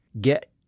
get